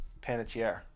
Panettiere